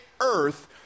earth